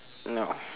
ya